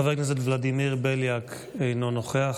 חבר הכנסת ולדימיר בליאק, אינו נוכח,